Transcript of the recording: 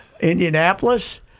Indianapolis